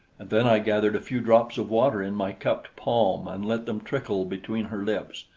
and then i gathered a few drops of water in my cupped palm and let them trickle between her lips.